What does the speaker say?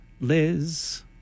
Liz